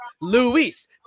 Luis